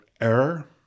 error